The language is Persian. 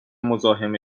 مزاحم